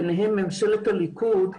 בניהן ממשלת הליכוד,